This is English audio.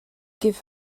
give